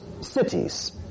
cities